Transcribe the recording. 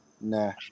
nah